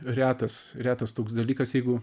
retas retas toks dalykas jeigu